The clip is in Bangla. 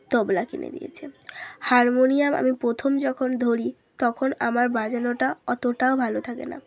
তবলা কিনে দিয়েছে হারমোনিয়াম আমি প্রথম যখন ধরি তখন আমার বাজনোটা অতোটাও ভালো থাকে না